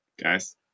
Guys